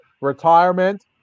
retirement